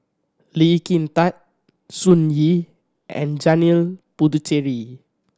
Lee Kin Tat Sun Yee and Janil Puthucheary